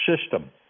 system